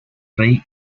rey